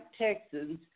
Texans